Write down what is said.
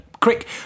quick